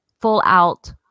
full-out